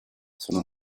sono